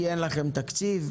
כי אין לכם תקציב?